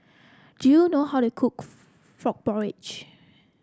do you know how to cook Frog Porridge